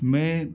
میں